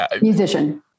musician